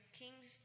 kings